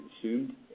consumed